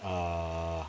err